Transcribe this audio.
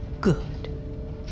Good